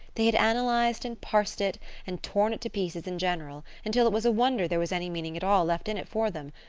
they had analyzed and parsed it and torn it to pieces in general until it was a wonder there was any meaning at all left in it for them,